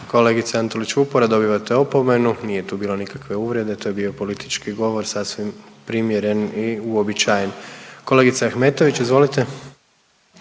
Kolegice Antolić Vupora dobivate opomenu, nije tu bilo nikakve uvrede, to je bio politički govor sasvim primjeren i uobičajen. Kolegice Ahmetović, izvolite.